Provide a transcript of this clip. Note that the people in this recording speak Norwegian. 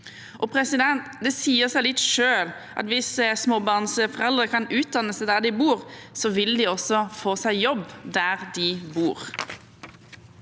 der de bor. Det sier seg litt selv at hvis småbarnsforeldre kan utdanne seg der de bor, vil de også få seg jobb der de bor.